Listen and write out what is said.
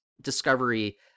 Discovery